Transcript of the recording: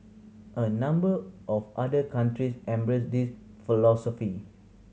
a number of other countries embrace this philosophy